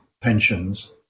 pensions